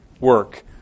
work